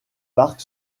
parc